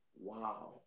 Wow